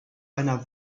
einer